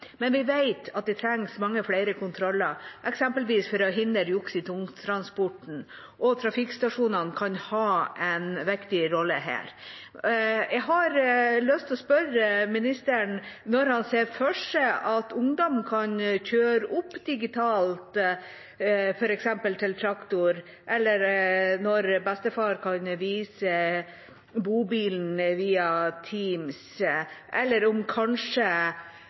Men vi vet at det trengs mange flere kontroller, eksempelvis for å hindre juks i tungtransporten, og trafikkstasjonene kan ha en viktig rolle her. Jeg har lyst til å spørre ministeren om når han ser for seg at ungdom kan kjøre opp digitalt, f.eks. til traktor, eller når bestefar kan vise bobilen via Teams. Eller er kanskje